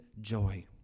joy